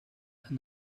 and